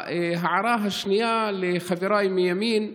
ההערה השנייה היא לחבריי מימין: